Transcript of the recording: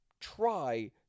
try